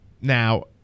Now